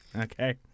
Okay